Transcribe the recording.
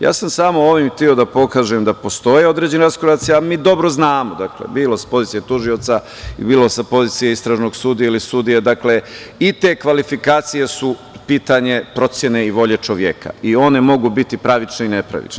Ja sam samo ovim hteo da pokažem da postoje određene kvalifikacije, a i dobro znamo, bilo da je to bilo sa pozicije tužioca i bilo sa pozicije istražnog sudije ili sudije, i te kvalifikacije su pitanje procene i volje čoveka i one mogu biti pravine i nepravične.